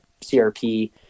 CRP